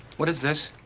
what is this?